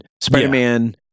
Spider-Man